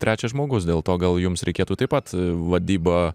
trečias žmogus dėl to gal jums reikėtų taip pat vadyba